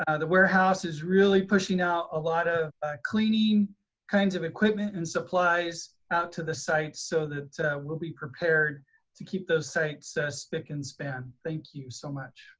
ah the warehouse is really pushing out a lot of cleaning kinds of equipment and supplies out to the sites so that we'll be prepared to keep those sites spic and span. thank you so much.